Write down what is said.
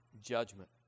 judgment